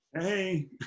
Hey